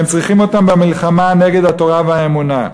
הם צריכים אותם במלחמה נגד התורה והאמונה.